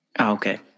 Okay